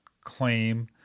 claim